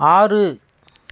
ஆறு